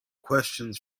questions